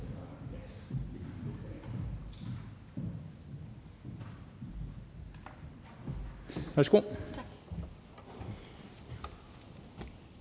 Tak.